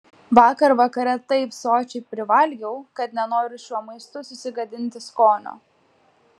vakar vakare taip sočiai privalgiau kad nenoriu šiuo maistu susigadinti skonio